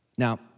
Now